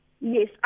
Yes